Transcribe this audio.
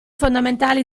fondamentali